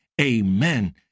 amen